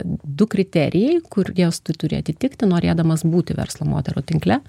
du kriterijai kuriuos tu turi atitikti norėdamas būti verslo moterų tinkle